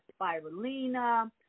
spirulina